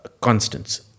constants